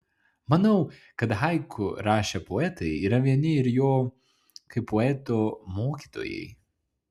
manau kad haiku rašę poetai yra vieni ir jo kaip poeto mokytojai